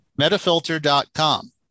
metafilter.com